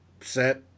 set